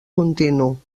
continu